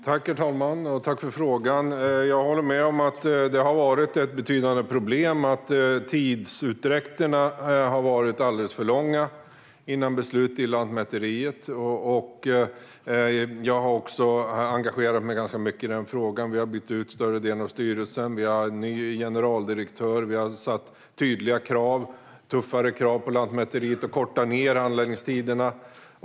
Herr talman! Tack för frågan! Jag håller med om att det har varit ett problem att tidsutdräkterna för Lantmäteriets beslut har varit alldeles för långa. Jag har engagerat mig mycket i den frågan. Vi har bytt ut större delen av styrelsen, vi har en ny generaldirektör och vi har angett tydliga och tuffare krav på att Lantmäteriet ska korta ned handläggningstiderna.